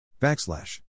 backslash